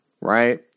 Right